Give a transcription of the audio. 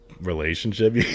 relationship